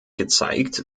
gezeigt